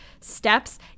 steps